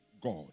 God